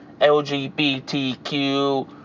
LGBTQ